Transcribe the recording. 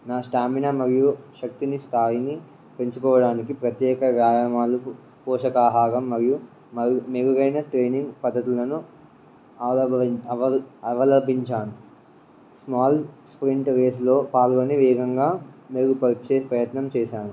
నా స్టామినా మరియు శక్తిని స్థాయిని పెంచుకోవడానికి ప్రత్యేక వ్యాయామాలు పోషకాహారం మరియు మ మెరుగైన ట్రైనింగ్ పద్ధతులను అవలబవ అవలంభించాను స్మాల్ స్వింగ్ రేస్లో పాల్గొని వేగంగా మెరుగుపరిచే ప్రయత్నం చేశాను